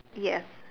yes